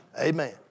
Amen